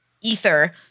ether